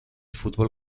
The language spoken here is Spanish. fútbol